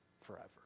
forever